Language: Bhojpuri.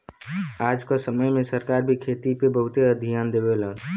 आज क समय में सरकार भी खेती पे बहुते धियान देले हउवन